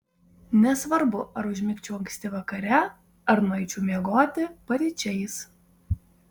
nesvarbu ar užmigčiau anksti vakare ar nueičiau miegoti paryčiais